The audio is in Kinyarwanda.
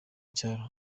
cyaro